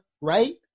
right